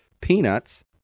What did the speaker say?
peanuts